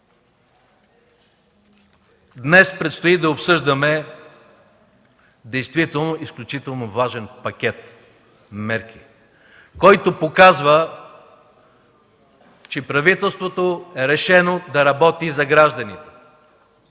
Днес предстои да обсъждаме действително изключително важен пакет мерки, който показва, че правителството е решено да работи за гражданите,